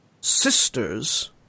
sisters